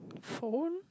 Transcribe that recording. phone